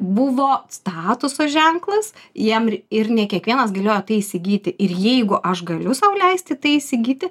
buvo statuso ženklas jiem ir ne kiekvienas galėjo tai įsigyti ir jeigu aš galiu sau leisti tai įsigyti